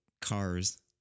cars